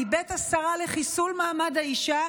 מבית השרה לחיסול מעמד האישה,